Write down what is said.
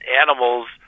animals